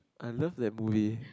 I love that bully